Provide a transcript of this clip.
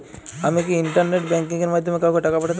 আমি কি internet banking এর মাধ্যমে কাওকে টাকা পাঠাতে পারি?